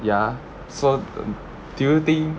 ya so err do you think